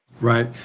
right